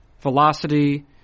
velocity